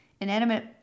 inanimate